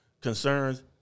Concerns